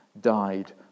died